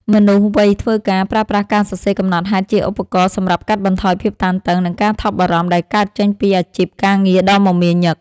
មនុស្សវ័យធ្វើការ ប្រើប្រាស់ការសរសេរកំណត់ហេតុជាឧបករណ៍សម្រាប់កាត់បន្ថយភាពតានតឹង និងការថប់បារម្ភដែលកើតចេញពីអាជីពការងារដ៏មមាញឹក។